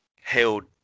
Held